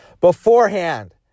beforehand